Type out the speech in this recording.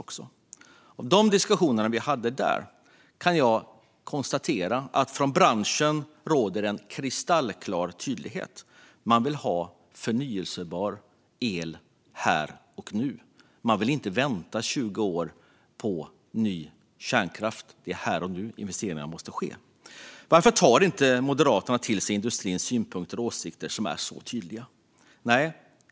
Utifrån de diskussioner vi hade där kan jag konstatera att det från branschens sida råder kristallklar tydlighet: Man vill ha förnybar el här och nu. Man vill inte vänta 20 år på ny kärnkraft, utan det är här och nu investeringarna måste ske. Varför tar inte Moderaterna till sig industrins synpunkter och åsikter, som är så tydliga?